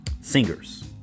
singers